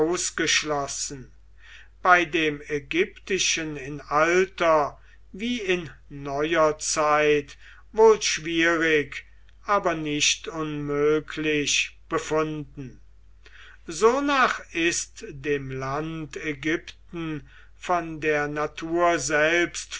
ausgeschlossen bei dem ägyptischen in alter wie in neuer zeit wohl schwierig aber nicht unmöglich befunden sonach ist dem land ägypten von der natur selbst